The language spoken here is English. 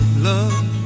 Love